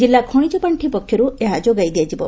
ଜିଲ୍ଲା ଖଣିଜ ପାଣି ପକ୍ଷରୁ ଏହା ଯୋଗାଇ ଦିଆଯିବ